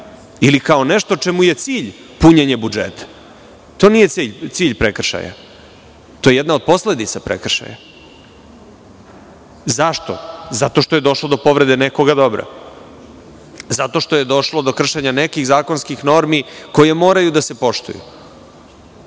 ili kao nešto čemu je cilj punjenje budžeta. To nije cilj prekršaja, to je jedna od posledica prekršaja. Zašto? Zato što je došlo do povrede nekog dobra, zato što je došlo do kršenja nekih zakonskih normi koje moraju da se poštuju. Prema